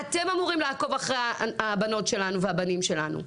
אתם אמורים לעקוב אחרי הבנות שלנו והבנים שלנו.